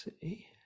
see